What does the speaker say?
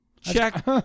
check